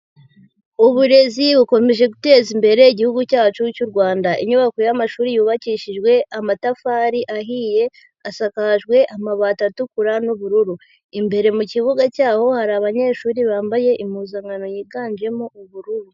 Uburezi bukomeje guteza imbere igihugu cyacu cy'u Rwanda, inyubako y'amashuri yubakishijwe amatafari ahiye, asakajwe amabati atukura n'ubururu, imbere mu kibuga cy'aho hari abanyeshuri bambaye impuzankano yiganjemo ubururu.